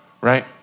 right